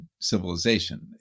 civilization